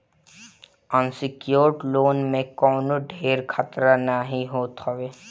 unsecured loan में कवनो ढेर खतरा नाइ होत हवे